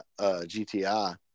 GTI